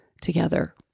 together